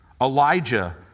Elijah